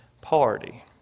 party